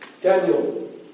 Daniel